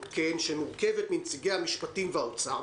שמורכבת מנציגי משרדי המשפטים והאוצר,